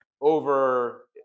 over